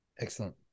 Excellent